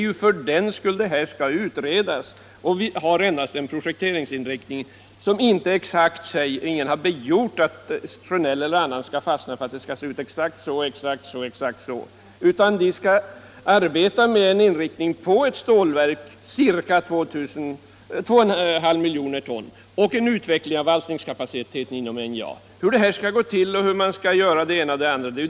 Jag vidhåller fortfarande, herr vice ordförande i utskottet: det finns ingenting i reservationen 2, ingen vilja till någonting.